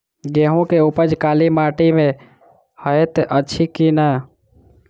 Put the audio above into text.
गेंहूँ केँ उपज काली माटि मे हएत अछि की नै?